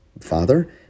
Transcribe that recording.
father